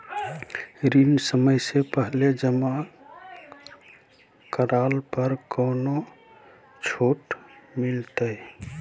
ऋण समय से पहले जमा करला पर कौनो छुट मिलतैय?